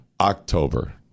October